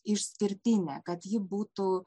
išskirtinė kad ji būtų